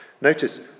Notice